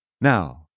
Now